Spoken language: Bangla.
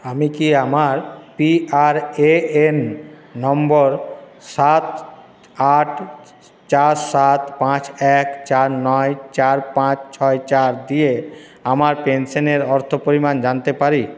আমি কি আমার পিআরএএন নম্বর সাত আট চার সাত পাঁচ এক চার নয় চার পাঁচ ছয় চার দিয়ে আমার পেনশানের অর্থ পরিমাণ জানতে পারি